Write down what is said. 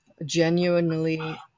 Genuinely